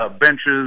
benches